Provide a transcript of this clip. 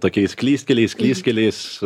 tokiais klystkeliais klystkeliais